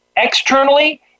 Externally